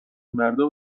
مردم